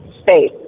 space